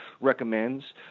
recommends